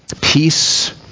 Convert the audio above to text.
Peace